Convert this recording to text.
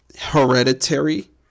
Hereditary